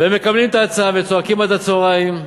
והם מקבלים את ההצעה וצועקים עד הצהריים,